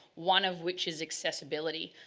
one of which is accessibility.